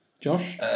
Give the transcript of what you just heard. Josh